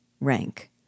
Rank